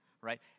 right